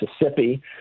Mississippi